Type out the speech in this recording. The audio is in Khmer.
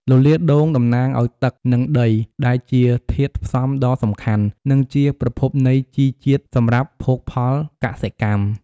លលាដ៍ដូងតំណាងឱ្យទឹក និងដី ដែលជាធាតុផ្សំដ៏សំខាន់ និងជាប្រភពនៃជីជាតិសម្រាប់ភោគផលកសិកម្ម។